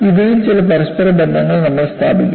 ഇവയിൽ ചില പരസ്പര ബന്ധങ്ങൾ നമ്മൾ സ്ഥാപിക്കും